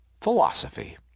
philosophy